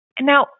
Now